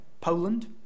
Poland